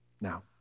Now